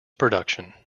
production